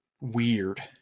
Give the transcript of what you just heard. weird